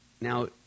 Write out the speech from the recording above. now